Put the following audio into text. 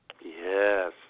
Yes